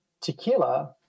tequila